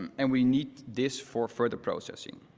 um and we need this for further processing.